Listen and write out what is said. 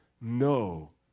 no